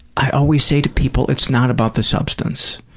i always say to people, it's not about the substance.